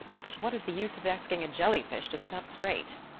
but what is the use of asking a jellyfish to sit up straight?